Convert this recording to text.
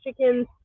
chickens